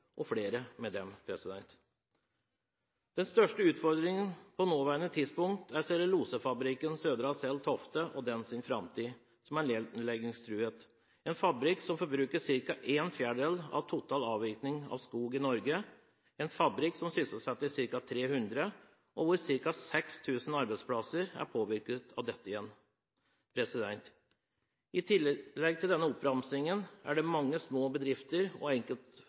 og flere med dem. Den største utfordringen på nåværende tidspunkt er framtiden til cellulosefabrikken Södra Cell Tofte, som er nedleggingstruet – en fabrikk som forbruker ca. en fjerdedel av den totale avvirkningen av skog i Norge, og sysselsetter ca. 300 personer, og ca. 6 000 arbeidsplasser er påvirket av dette igjen. I tillegg til denne oppramsingen er det mange små bedrifter og